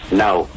now